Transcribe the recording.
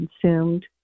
consumed